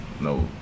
no